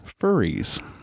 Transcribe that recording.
furries